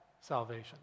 salvation